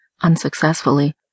unsuccessfully